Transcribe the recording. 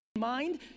mind